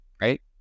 right